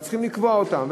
ואנחנו צריכים לקבוע אותם.